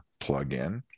plugin